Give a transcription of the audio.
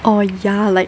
orh ya like